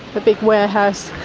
but big warehouse.